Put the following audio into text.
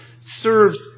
serves